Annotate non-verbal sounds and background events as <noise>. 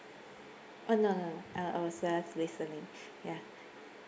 oh no no no uh I was just listening <breath> ya